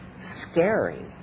scary